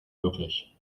möglich